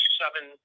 seven